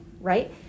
right